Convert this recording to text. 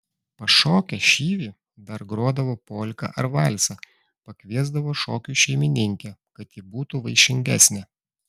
pašokę šyvį dar grodavo polką ar valsą pakviesdavo šokiui šeimininkę kad ji būtų vaišingesnė